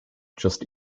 just